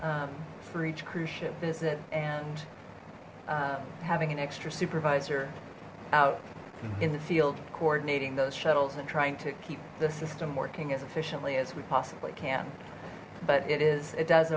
for each cruise ship visit and having an extra supervisor out in the field coordinating those shuttles and trying to keep the system working as efficiently as we possibly can but it is it does